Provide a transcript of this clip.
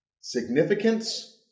Significance